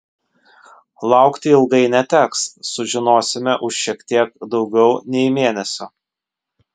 laukti ilgai neteks sužinosime už šiek tiek daugiau nei mėnesio